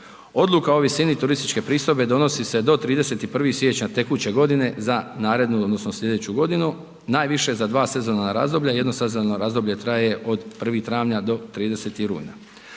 Odluka o visini turističke pristojbe donosi se do 31. siječnja tekuće godine za narednu odnosno slijedeću godinu, najviše za dva sezovna razdoblja, jedno sezovno razdoblje traje od 1. travnja do 30. rujna.